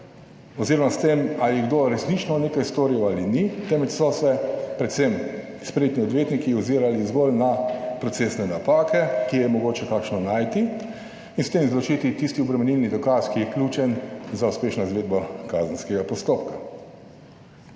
oziroma s tem, ali je kdo resnično nekaj storil ali ni, temveč so se predvsem spretni odvetniki ozirali zgolj na procesne napake, kje je mogoče kakšno najti in s tem izločiti tisti obremenilni dokaz, ki je ključen za uspešno izvedbo kazenskega postopka